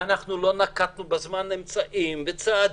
ואנחנו לא נקטנו בזמן אמצעים וצעדים.